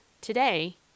today